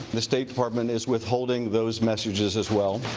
the state department is withholding those messages as well.